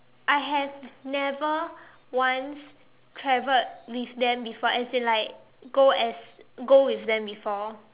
I have never once travelled with them before as in like go as go with them before